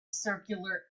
circular